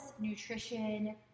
nutrition